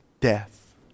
death